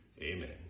Amen